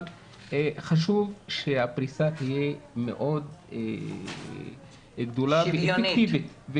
אבל חשוב שהפריסה תהיה מאוד גדולה ואפקטיבית,